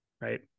Right